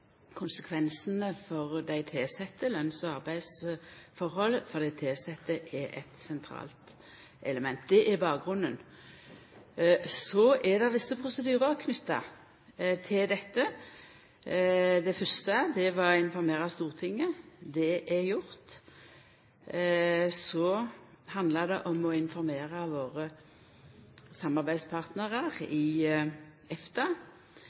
konsekvensane for dei tilsette, lønns- og arbeidsforhold for dei tilsette, er eit sentralt element. Det er bakgrunnen. Så er det visse prosedyrar knytte til dette. Det fyrste var å informera Stortinget. Det er gjort. Så handlar det om å informera våre samarbeidspartnarar